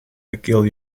mcgill